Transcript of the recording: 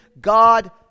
God